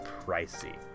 pricey